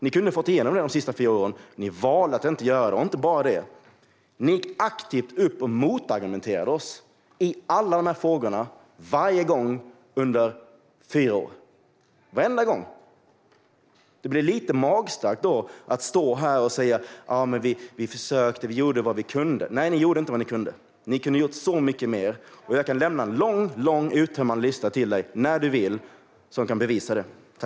Ni kunde ha fått igenom det under de sista fyra åren, men ni valde att inte göra det, och inte bara det: Ni argumenterade aktivt emot oss i alla dessa frågor varje gång under fyra år - varenda gång! Det blir lite magstarkt när man står här och säger: Vi försökte, och vi gjorde vad vi kunde. Nej, ni gjorde inte vad ni kunde. Ni kunde gjort mycket mer. Jag kan lämna en lång, uttömmande lista till dig, när du vill, som bevisar detta.